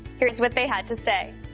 here's what they had to say.